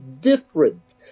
different